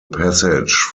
passage